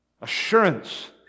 assurance